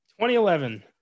2011